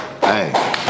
Hey